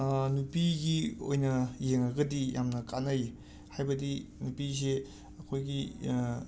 ꯅꯨꯄꯤꯒꯤ ꯑꯣꯏꯅ ꯌꯦꯡꯉꯒꯗꯤ ꯌꯥꯝꯅ ꯀꯥꯟꯅꯩ ꯍꯥꯏꯕꯗꯤ ꯅꯨꯄꯤꯖꯦ ꯑꯩꯈꯣꯏꯒꯤ